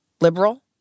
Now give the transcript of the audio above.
liberal